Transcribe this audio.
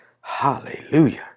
Hallelujah